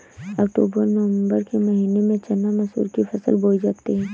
अक्टूबर नवम्बर के महीना में चना मसूर की फसल बोई जाती है?